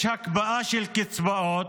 יש הקפאה של קצבאות,